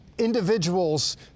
Individuals